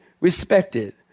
respected